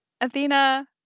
Athena